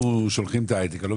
אם